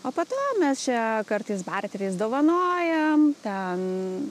o po to mes čia kartais barteriais dovanojam ten